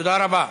תודה רבה.